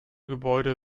gebäude